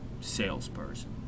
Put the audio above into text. salesperson